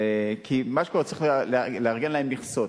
מה שקורה, צריך לארגן להם מכסות.